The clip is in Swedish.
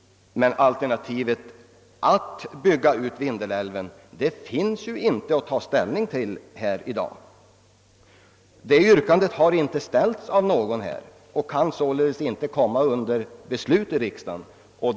Men alternativet att bygga ut Vindelälven finns ju inte att ta ställning till här i dag. Det yrkandet har inte ställts av någon här och kan således inte bli föremål för beslut i riksdagen.